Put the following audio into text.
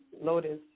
Lotus